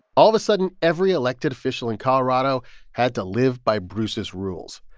all of a sudden, every elected official in colorado had to live by bruce's rules.